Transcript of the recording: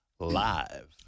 live